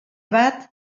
bat